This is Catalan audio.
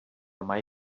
mai